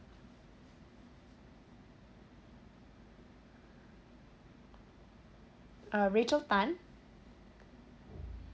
uh rachel tan